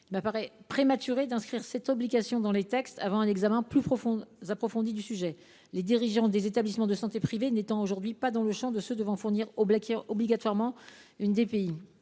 Il m’apparaît prématuré d’inscrire une telle obligation dans les textes avant un examen plus approfondi du sujet, les dirigeants des établissements de santé privés ne figurant pas aujourd’hui dans le champ de ceux qui doivent obligatoirement fournir